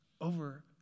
over